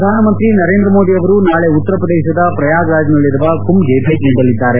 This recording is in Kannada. ಪ್ರಧಾನಮಂತ್ರಿ ನರೇಂದ್ರ ಮೋದಿ ಅವರು ನಾಳೆ ಉತ್ತರ ಪ್ರದೇಶದ ಪ್ರಯಾಗ್ರಾಜ್ನಲ್ಲಿರುವ ಕುಂಭ್ಗೆ ಭೇಟಿ ನೀಡಲಿದ್ದಾರೆ